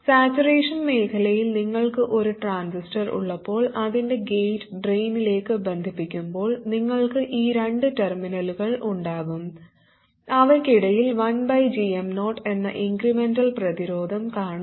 saturation മേഖലയിൽ നിങ്ങൾക്ക് ഒരു ട്രാൻസിസ്റ്റർ ഉള്ളപ്പോൾ അതിൻറെ ഗേറ്റ് ഡ്രെയിനിലേക്ക് ബന്ധിപ്പിക്കുമ്പോൾ നിങ്ങൾക്ക് ഈ രണ്ട് ടെർമിനലുകൾ ഉണ്ടാകും അവയ്ക്കിടയിൽ 1gm0 എന്ന ഇൻക്രെമെന്റൽ പ്രതിരോധം കാണും